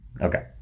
Okay